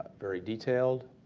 very detailed